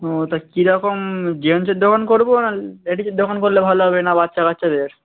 ও তা কিরকম জেন্টসের দোকান করবো না লেডিসের দোকান করলে ভালো হবে না বাচ্চা কাচ্চাদের